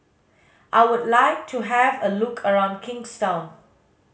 I would like to have a look around Kingstown